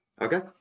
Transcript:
okay